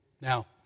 Now